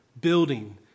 building